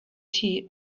tea